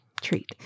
treat